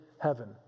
heaven